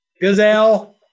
Gazelle